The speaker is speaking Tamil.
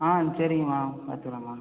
ஆ சரிங்கம்மா பார்த்துக்கலாம்மா